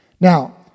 Now